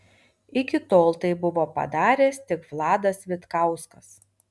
iki tol tai buvo padaręs tik vladas vitkauskas